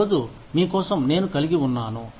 ఈరోజు మీ కోసం నేను కలిగి ఉన్నాను